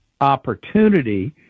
opportunity